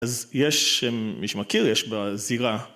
אז יש מי שמכיר, יש בזירה